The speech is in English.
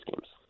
games